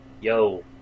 Yo